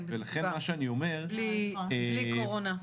בלי קורונה.